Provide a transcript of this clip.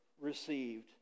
received